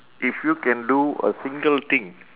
if you can do a single thing